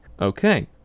Okay